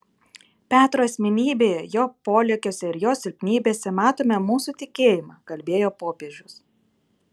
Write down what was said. petro asmenybėje jo polėkiuose ir jo silpnybėse matome mūsų tikėjimą kalbėjo popiežius